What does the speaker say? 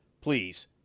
Please